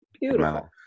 beautiful